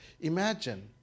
Imagine